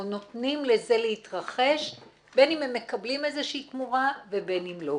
נותנים לזה להתרחש בין אם הם מקבלים איזושהי תמורה ובין אם לא.